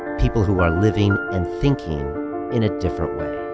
people who are living and thinking in a different way.